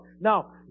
Now